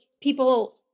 people